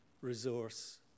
resource